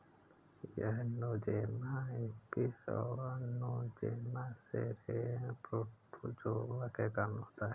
यह Nosema apis और Nosema ceranae protozoa के कारण होता है